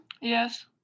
Yes